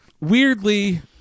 weirdly